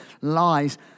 lies